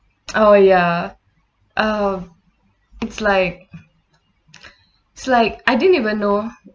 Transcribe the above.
oh ya oh it's like it's like I didn't even know